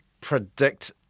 predict